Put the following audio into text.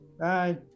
Bye